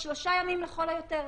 שלושה ימים לכל היותר.